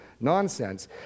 nonsense